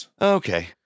Okay